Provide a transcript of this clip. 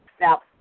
Now